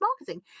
marketing